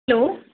hello